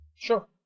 Sure